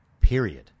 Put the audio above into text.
Period